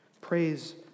Praise